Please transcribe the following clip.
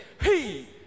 Hey